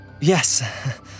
Yes